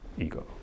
ego